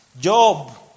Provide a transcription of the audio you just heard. Job